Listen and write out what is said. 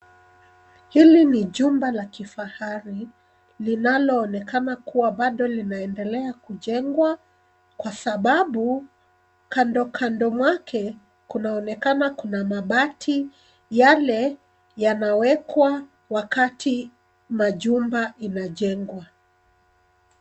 Hili ni jumba la kifahari linalooneka kuwa bado linaendelea kujengwa kwa sababu kandokando mwake, kunaonekana kuna mabati yale yanawekwa wakati majumba inajengwa.